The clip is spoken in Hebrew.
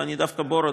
ואני דווקא בו רוצה,